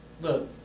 Look